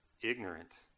ignorant